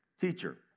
Teacher